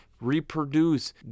reproduce